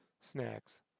snacks